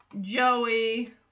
Joey